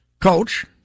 coach